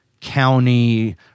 County